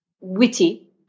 witty